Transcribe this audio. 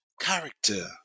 character